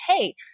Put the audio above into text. hey